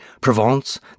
Provence